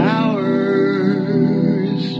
Hours